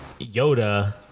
yoda